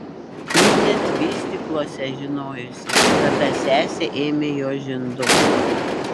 ji net vystykluose žinojusi kada sesė ėmė jos žinduką